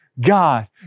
God